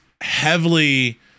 heavily